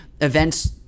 events